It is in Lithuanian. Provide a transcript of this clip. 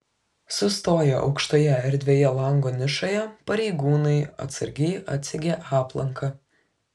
sustoję aukštoje erdvioje lango nišoje pareigūnai atsargiai atsegė aplanką